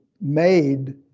made